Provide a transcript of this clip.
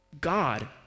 God